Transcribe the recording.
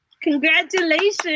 Congratulations